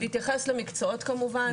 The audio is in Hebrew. להתייחס למקצועות כמובן,